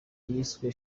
yiswe